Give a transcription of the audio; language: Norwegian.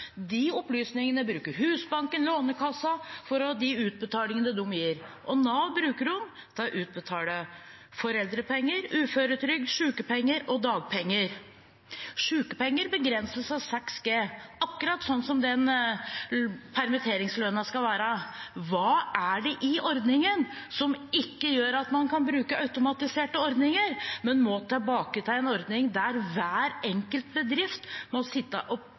De opplysningene bruker Husbanken og Lånekassen for de utbetalingene de gir. Og Nav bruker dem til å utbetale foreldrepenger, uføretrygd, sykepenger og dagpenger. Sykepenger begrenses til 6G, akkurat som permitteringslønnen skal være. Hva er det i ordningen som gjør at man ikke kan bruke automatiserte ordninger, men må tilbake til en ordning der hver enkelt bedrift må sitte